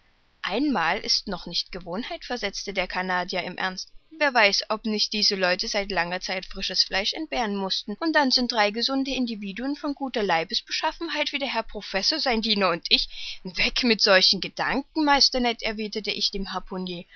mal ist noch nicht gewohnheit versetzte der canadier im ernst wer weiß ob nicht diese leute seit langer zeit frisches fleisch entbehren mußten und dann sind drei gesunde individuen von guter leibesbeschaffenheit wie der herr professor sein diener und ich weg mit solchen gedanken meister ned erwiderte ich dem